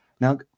now